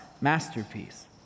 masterpiece